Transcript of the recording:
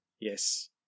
Yes